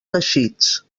teixits